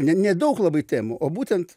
ne ne daug labai temų o būtent